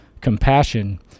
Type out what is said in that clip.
compassion